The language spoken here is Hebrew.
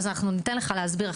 אנחנו ניתן לך להסביר.